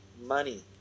Money